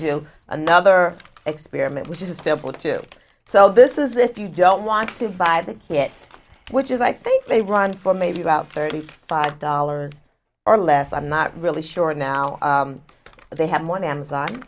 do another experiment which is a simple two so this is if you don't want to buy that yet which is i think they run for maybe about thirty five dollars or less i'm not really sure now they have one amazon